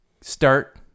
Start